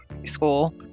School